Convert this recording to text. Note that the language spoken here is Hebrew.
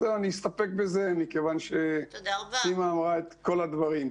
אני אסתפק בזה כיוון שסימה אמרה את כל הדברים.